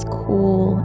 cool